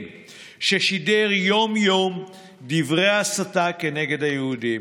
ששידר יום-יום דברי הסתה כנגד היהודים.